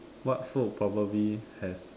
what food probably has